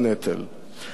אדוני ראש הממשלה,